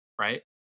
right